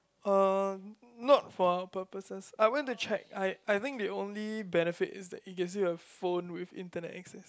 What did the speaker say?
uh not for our purposes I went to check I I think the only benefit is that it gives you a phone with internet access